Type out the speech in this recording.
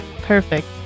Perfect